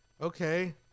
okay